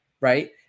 right